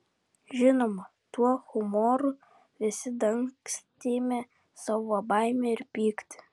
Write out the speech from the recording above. žinoma tuo humoru visi dangstėme savo baimę ir pyktį